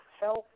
health